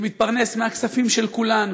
שמתפרנס מהכספים של כולנו,